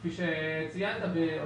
כפי שציינת...